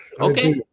Okay